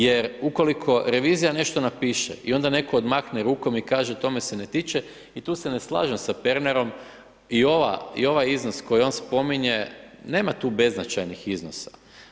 Jer ukoliko revizija nešto napiše i onda netko odmahne rukom i kaže – to me se ne tiče – i tu se ne slažem sa Pernarom i ovaj iznos koji on spominje nema tu beznačajnih iznosa.